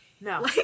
no